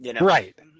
Right